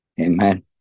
Amen